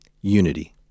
unity